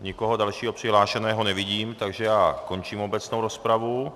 Nikoho dalšího přihlášeného nevidím, takže končím obecnou rozpravu.